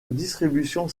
distribution